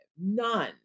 none